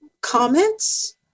comments